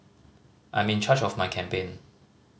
I'm in charge of my campaign